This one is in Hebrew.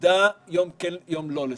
למידה יום כן ויום לא ולסירוגין?